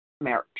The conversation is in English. marriage